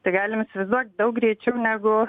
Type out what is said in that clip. tai galim įsivaizduot daug greičiau negu